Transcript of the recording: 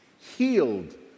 Healed